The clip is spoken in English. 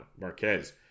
Marquez